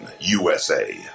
USA